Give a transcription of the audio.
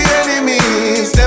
enemies